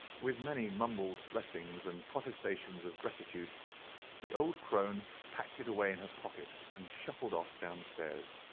with many mumbled blessings and protestations of gratitude the old crone packed it away in her pocket, and shuffled off down the stairs.